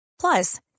Plus